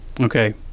Okay